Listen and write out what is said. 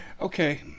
Okay